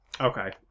Okay